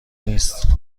نیست